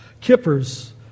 Kippers